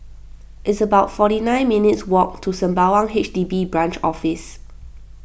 it's about forty nine minutes' walk to Sembawang H D B Branch Office